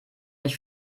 ich